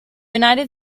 united